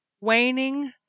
waning